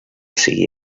sigui